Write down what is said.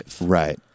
Right